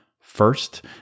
first